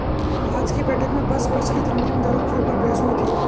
आज की बैठक में बस प्रचलित विनिमय दरों के ऊपर बहस हुई थी